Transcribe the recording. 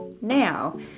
now